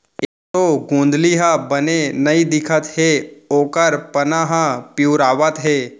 एसों गोंदली ह बने नइ दिखत हे ओकर पाना ह पिंवरावत हे